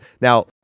Now